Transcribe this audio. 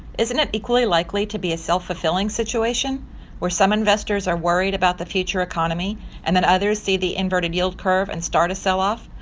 isn't it equally likely to be a self-fulfilling situation where some investors are worried about the future economy and then others see the inverted yield curve and start a sell-off,